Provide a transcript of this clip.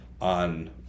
on